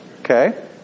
okay